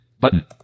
Button